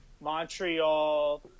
montreal